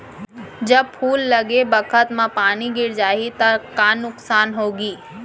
जब फूल लगे बखत म पानी गिर जाही त का नुकसान होगी?